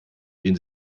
den